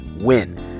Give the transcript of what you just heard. win